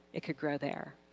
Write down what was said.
it could grow there.